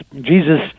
Jesus